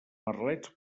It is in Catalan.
merlets